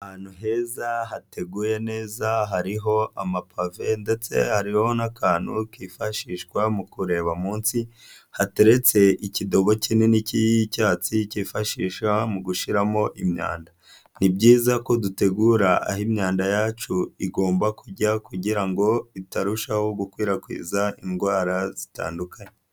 Ahantu heza hateguye neza hariho amapave ndetse hariho n'akantu kifashishwa mu kureba munsi, hateretse ikidobo kinini cy'icyatsi kifashisha mu gushyiramo imyanda. Ni byiza ko dutegura aho imyanda yacu igomba kujya kugira ngo, itarushaho gukwirakwiza indwara zitandukanye.